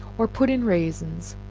or put in raisins,